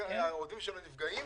העובדים שם נפגעים.